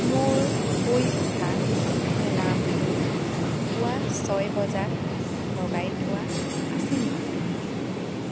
মোৰ শুই উঠা এলাৰ্মটো পুৱা ছয় বজাত লগাই থোৱা আছে নেকি